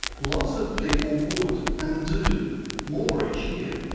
lots of people would, and do more each year.